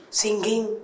singing